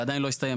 ועדיין לא הסתיים,